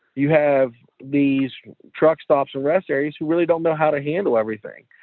you have these truck stops and rest areas who really don't know how to handle everything.